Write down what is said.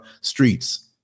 streets